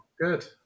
Good